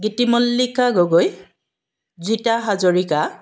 Gitimallika Gogoi Jeeta Hazarika